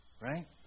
right